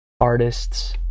artists